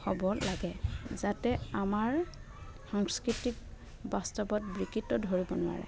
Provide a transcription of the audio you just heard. হ'ব লাগে যাতে আমাৰ সাংস্কৃতিক বাস্তৱত বিকৃত ধৰিব নোৱাৰে